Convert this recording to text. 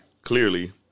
clearly